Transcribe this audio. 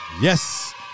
Yes